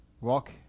Walk